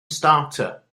starter